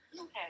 Okay